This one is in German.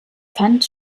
fand